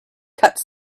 cuts